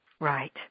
Right